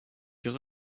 ihre